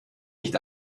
nicht